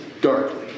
darkly